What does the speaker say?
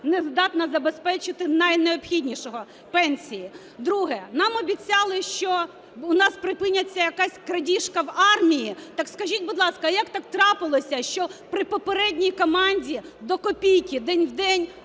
не здатна забезпечити найнеобхіднішого – пенсії. Друге. Нам обіцяли, що у нас припиниться якась крадіжка в армії. Так скажіть, будь ласка, як так трапилося, що при попередній команді до копійки день в день